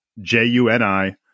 J-U-N-I